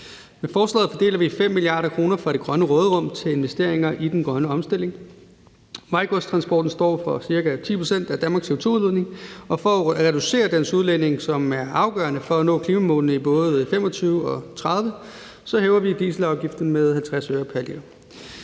Med forslaget fordeler vi 5 mia. kr. fra det grønne råderum til investeringer i den grønne omstilling. Vejgodstransporten står for ca. 10 pct. af Danmarks CO2-udledning, og for at reducere dens udledning, hvilket er afgørende for at nå klimamålene i både 2025 og 2030, hæver vi dieselafgiften med 50 øre pr. liter.